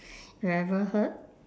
you ever heard